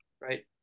right